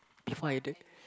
before I die